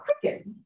cricket